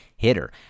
Hitter